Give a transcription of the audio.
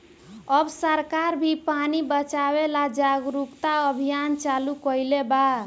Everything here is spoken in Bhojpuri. अब सरकार भी पानी बचावे ला जागरूकता अभियान चालू कईले बा